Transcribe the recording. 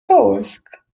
połysk